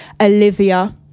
Olivia